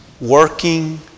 Working